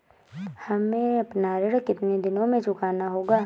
हमें अपना ऋण कितनी दिनों में चुकाना होगा?